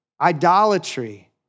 idolatry